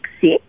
six